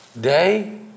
day